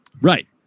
Right